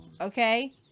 okay